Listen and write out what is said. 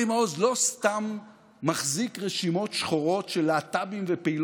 אני לא אנסה לכפות את דרך החיים שלי על אנשים שלא מסכימים איתי.